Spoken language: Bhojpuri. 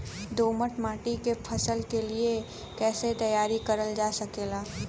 दोमट माटी के फसल के लिए कैसे तैयार करल जा सकेला?